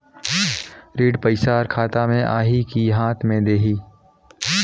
ऋण पइसा हर खाता मे आही की हाथ मे देही?